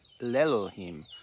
L'Elohim